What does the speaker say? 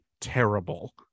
terrible